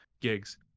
gigs